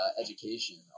education